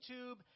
YouTube